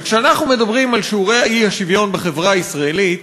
וכשאנחנו מדברים על שיעורי האי-שוויון בחברה הישראלית,